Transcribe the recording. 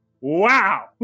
Wow